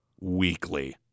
weekly